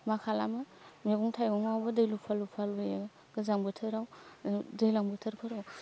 मा खालामो मैगं थायगंआवबो दै लुफा लुफा लुयो गोजां बोथोराव दैलां बोथोरफोराव